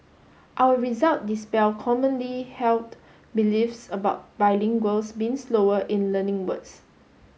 our result dispel commonly held beliefs about bilinguals being slower in learning words